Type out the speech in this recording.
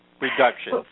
reduction